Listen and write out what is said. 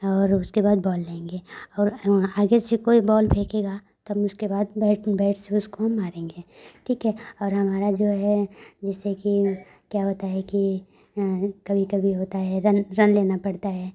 और उसके बाद बॉल लेंगे और आगे से कोई बॉल फेंकेगा तब उसके बाद बैट बैट से उसको हम मारेंगे ठीक है और हमारा जो है जैसे कि क्या होता है कि न कभी कभी होता है रन रन लेना पड़ता है